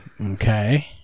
Okay